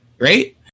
right